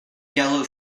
yellow